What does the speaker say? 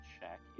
check